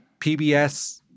PBS